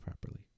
properly